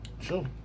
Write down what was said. Sure